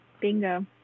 Bingo